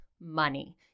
Money